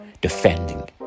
defending